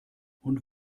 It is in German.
und